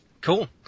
Cool